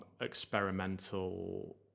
experimental